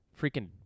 freaking